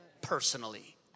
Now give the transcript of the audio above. personally